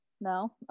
no